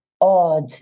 odd